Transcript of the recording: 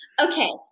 Okay